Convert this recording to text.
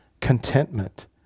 contentment